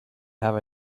have